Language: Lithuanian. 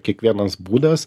kiekvienas būdas